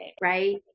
Right